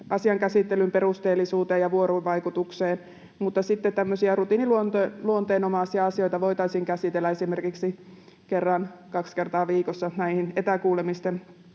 asian käsittelyn perusteellisuuteen ja vuorovaikutukseen, mutta sitten tämmöisiä rutiiniluonteenomaisia asioita voitaisiin käsitellä esimerkiksi kerran tai kaksi kertaa viikossa etäkuulemisten